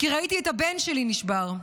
כי ראיתי את הבן שלי נשבר.